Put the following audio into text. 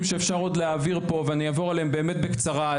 שאפשר עוד להעביר פה ואני אעבור עליהם באמת בקצרה,